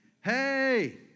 Hey